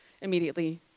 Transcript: immediately